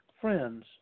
friends